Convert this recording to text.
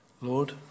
Lord